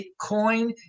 bitcoin